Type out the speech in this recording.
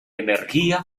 energía